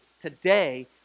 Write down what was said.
Today